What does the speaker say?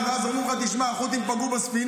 ואז אומרים לך: תשמע, החות'ים פגעו בספינה.